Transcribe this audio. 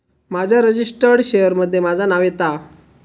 माझ्या registered share मध्ये माझा नाव येता